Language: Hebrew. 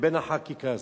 לבין החקיקה הזו.